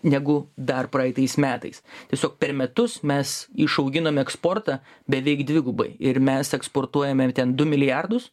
negu dar praeitais metais tiesiog per metus mes išauginom eksportą beveik dvigubai ir mes eksportuojame ten du milijardus